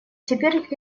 теперь